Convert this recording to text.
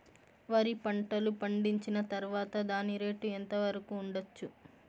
వరి పంటలు పండించిన తర్వాత దాని రేటు ఎంత వరకు ఉండచ్చు